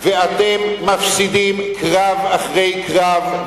ואתם מפסידים קרב אחרי קרב,